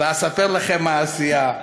"ואספר לכם מעשייה,